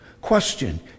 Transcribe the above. Question